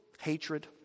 hatred